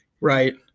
Right